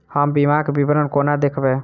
हम बीमाक विवरण कोना देखबै?